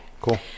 Cool